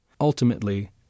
Ultimately